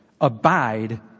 Abide